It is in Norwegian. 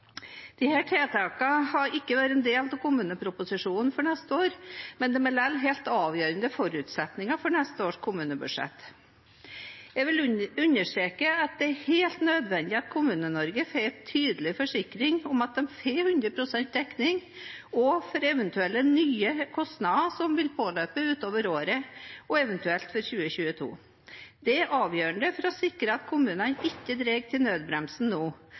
har ikke vært en del av kommuneproposisjonen for neste år, men de er likevel en helt avgjørende forutsetning for neste års kommunebudsjetter. Jeg vil understreke at det er helt nødvendig at Kommune-Norge får en tydelig forsikring om at de får 100 pst. dekning også for eventuelt nye kostnader som vil påløpe utover året og eventuelt for 2022. Det er avgjørende for å sikre at kommunene ikke drar i nødbremsen nå,